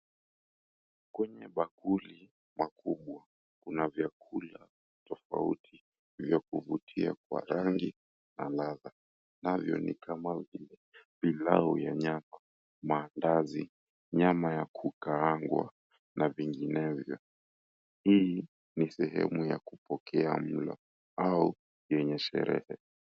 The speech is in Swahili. Kwenye bakuli makubwa kuna vyakula tofauti vya kuvutia kwa rangi na ladha. Navyo ni kama vile pilau ya nyama, maandazi, nyama ya kukaangwa na vinginevyo. Hii ni sehemu ya kupokea mlo au yenye sherehe.